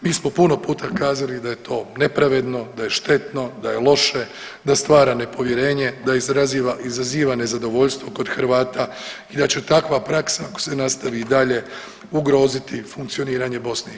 Mi smo puno puta kazali da je to nepravedno, da je štetno, da je loše, da stvara nepovjerenje, da izaziva nezadovoljstvo kod Hrvata i da će takva praksa ako se nastavi i dalje ugroziti funkcioniranje BiH.